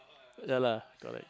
ya lah correct